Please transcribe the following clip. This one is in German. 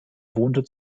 wohnte